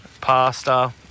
pasta